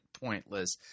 pointless